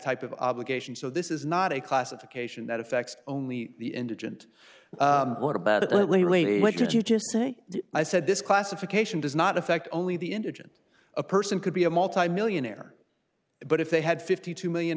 type of obligation so this is not a classification that affects only the indigent what about it legally what did you just say i said this classification does not affect only the indigent a person could be a multimillionaire but if they had fifty two million